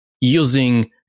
using